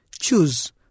choose